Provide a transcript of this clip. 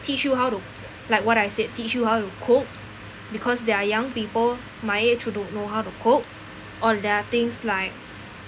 teach you how to like what I said teach you how to cook because they are young people might don't know how to cook or there're things like